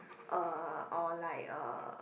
uh or like uh